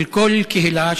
של כל קהילה,